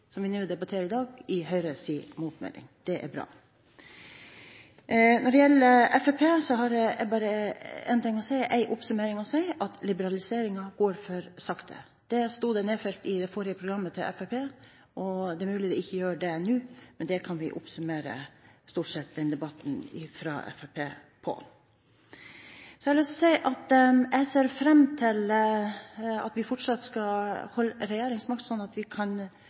politikk, som vi debatterer i dag, i Høyres motmelding. Det er bra. Når det gjelder Fremskrittspartiet, har jeg bare en oppsummering å komme med, og det er at liberaliseringen går for sakte. Det sto nedfelt i det forrige programmet til Fremskrittspartiet. Det er mulig det ikke gjør det nå – det kan vi stort sett oppsummere denne debatten med. Jeg har lyst til å si at jeg ser fram til at vi fortsatt skal beholde regjeringsmakten, slik at vi kan